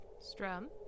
Strum